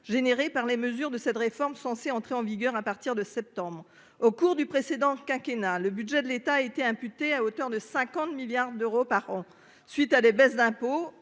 générées par les mesures de cette réforme, censée entrer en vigueur à partir de septembre au cours du précédent quinquennat. Le budget de l'État a été imputé à hauteur de 50 milliards d'euros par an suite à des baisses d'impôts